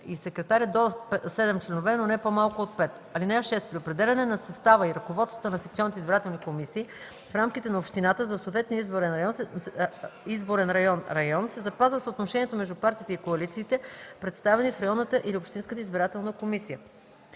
и секретар, е до 7 членове, но не по-малко от 5. (6) При определяне на състава и ръководствата на секционните избирателни комисии в рамките на общината за съответния изборен район (район) се запазва съотношението между партиите и коалициите, представени в районната или общинската избирателна комисия.